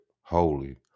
holy